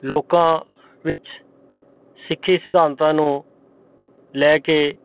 ਲੋਕਾਂ ਵਿੱਚ ਸਿੱਖੀ ਸਿਧਾਂਤਾਂ ਨੂੰ ਲੈ ਕੇ